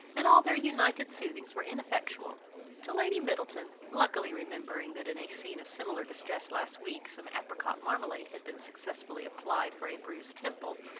and all their united soothings were ineffectual till lady middleton luckily remembering that in a scene of similar distress last week, some apricot marmalade had been successfully applied for a bruised temple,